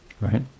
right